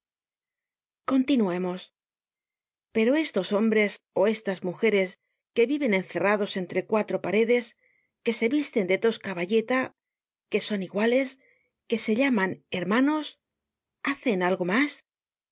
continuemos pero estos hombres ó estas mujeres que viven encerrados entre cuatro paredes que se visten de tosca bayeta que son iguales que se llaman hermanos hacen algo mas